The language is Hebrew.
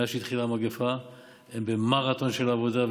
מאז שהתחילה המגפה הם במרתון של עבודה.